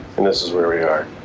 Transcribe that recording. and this is where we are.